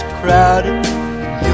crowded